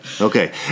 Okay